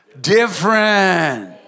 different